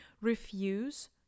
refuse